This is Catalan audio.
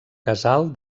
casal